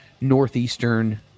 Northeastern